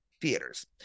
theaters